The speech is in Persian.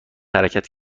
حرکت